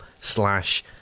slash